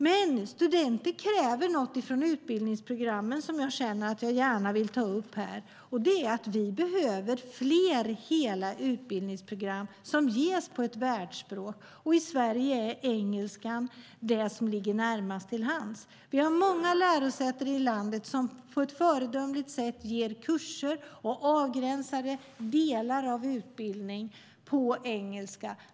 Men studenter kräver något från utbildningsprogrammen som jag känner att jag gärna vill ta upp här. Vi behöver fler hela utbildningsprogram som ges på ett världsspråk. I Sverige är det engelskan som ligger närmast till hands. Vi har många lärosäten i landet som på ett föredömligt sätt ger kurser och avgränsade delar av utbildningar på engelska.